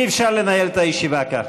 אי-אפשר לנהל את הישיבה כך.